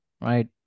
right